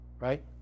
Right